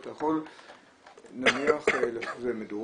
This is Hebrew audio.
אבל אתה יכול נניח לעשות את זה מדורג,